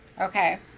Okay